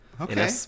Okay